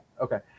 Okay